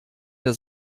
der